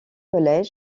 saint